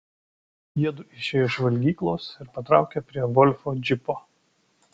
jiedu išėjo iš valgyklos ir patraukė prie volfo džipo